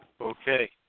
Okay